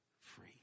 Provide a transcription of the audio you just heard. free